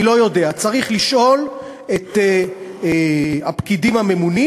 אני לא יודע, צריך לשאול את הפקידים הממונים.